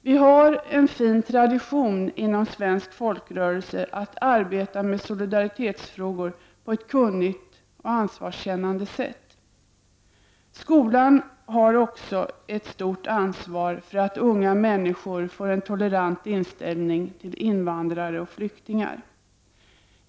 Vi har en fin tradition inom svensk folkrörelse att arbeta med solidaritetsfrågor på ett kunnigt och ansvarskännande sätt. Skolan har också ett stort ansvar för att unga människor får en tolerant inställning till invandrare och flyktingar.